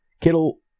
Kittle